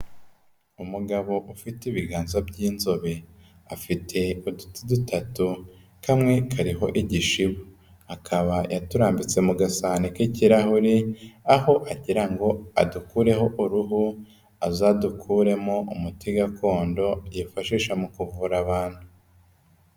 Umugabo ufite ibiganza by'inzobe. Afite uduti dutatu kamwe kariho igishibu. Akaba yaturambitse mu gasahani k'ikirahure aho agira ngo adukureho uruhu, azadukuremo umuti gakondo yifashisha mu kuvura abantu.